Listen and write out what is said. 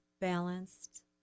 balanced